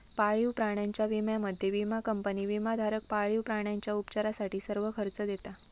पाळीव प्राण्यांच्या विम्यामध्ये, विमा कंपनी विमाधारक पाळीव प्राण्यांच्या उपचारासाठी सर्व खर्च देता